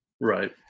right